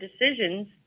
decisions